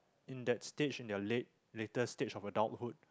in that stage in their late later stage of adulthood